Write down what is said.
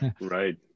right